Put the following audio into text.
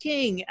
King